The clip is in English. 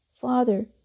Father